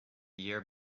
year